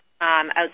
outside